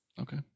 Okay